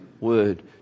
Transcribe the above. word